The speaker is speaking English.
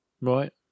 Right